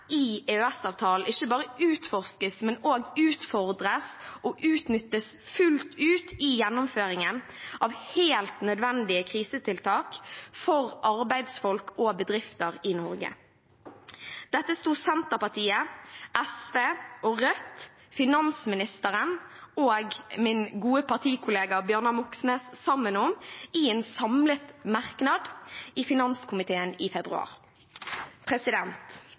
i EØS-avtalen ikke bare utforskes, men også utfordres og utnyttes fullt ut i gjennomføringen av helt nødvendige krisetiltak for arbeidsfolk og bedrifter i Norge. Dette stod Senterpartiet, SV og Rødt – inkludert finansministeren og min gode partikollega Bjørnar Moxnes – sammen om i en samlet merknad i finanskomiteen i februar.